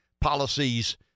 policies